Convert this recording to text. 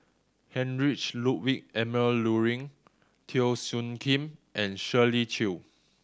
Heinrich Ludwig Emil Luering Teo Soon Kim and Shirley Chew